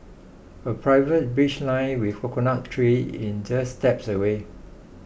a private beach lined with coconut tree in just steps away